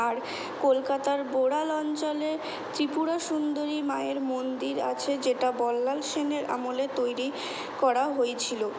আর কলকাতার বোড়াল অঞ্চলে ত্রিপুরা সুন্দরী মায়ের মন্দির আছে যেটা বল্লাল সেনের আমলে তৈরি করা হয়েছিলো